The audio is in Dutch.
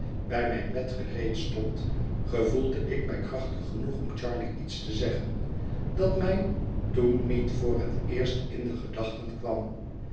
bij mijn bed gereed stond gevoelde ik mij krachtig genoeg om charley iets te zeggen dat mij toen niet voor het eerst in de gedachten kwam